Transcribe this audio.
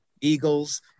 Eagles